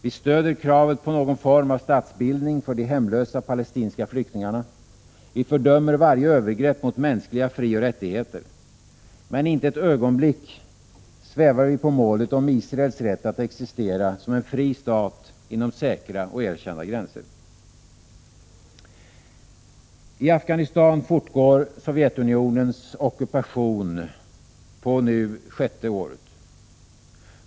Vi stöder kravet på någon form av statsbildning för de hemlösa palestinska flyktingarna. Vi fördömer varje övergrepp mot mänskliga frioch rättigheter. Men inte ett ögonblick svävar vi på målet om Israels rätt att existera som en fri stat inom säkra och erkända gränser. I Afghanistan fortgår Sovjetunionens ockupation på nu sjätte året.